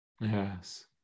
Yes